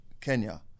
Kenya